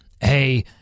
hey